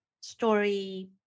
story